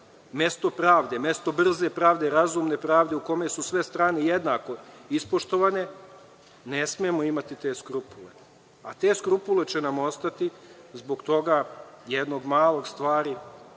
mesto pravde, mesto brze pravde, razumne pravde, u kome su sve strane jednako ispoštovane, ne smemo imati te skrupule, a te skrupule će nam ostati zbog jedne male stvari,